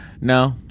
No